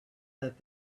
that